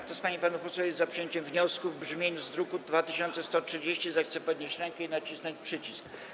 Kto z pań i panów posłów jest za przyjęciem wniosku w brzmieniu z druku nr 2130, zechce podnieść rękę i nacisnąć przycisk.